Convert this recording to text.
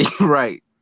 right